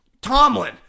Tomlin